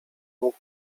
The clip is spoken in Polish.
mógł